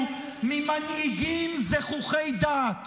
הלוואי שאנחנו נדע לשמור על עצמנו ממנהיגים זחוחי דעת